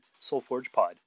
soulforgepod